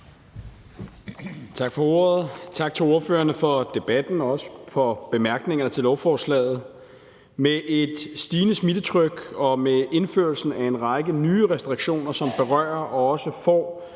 Tak for ordet, og tak til ordførerne for debatten og også for bemærkningerne til lovforslaget. Med et stigende smittetryk og med indførelsen af en række nye restriktioner, som berører og også får